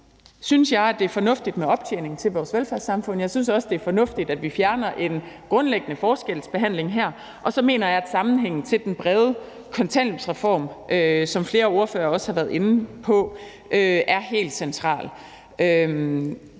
synes jeg, det er fornuftigt med optjening til vores velfærdssamfund. Jeg synes også, det er fornuftigt, at vi fjerner en grundlæggende forskelsbehandling her, og så mener jeg, at sammenhængen til den brede kontanthjælpsreform, som flere ordførere også har været inde på, er helt central.